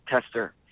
tester